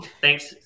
Thanks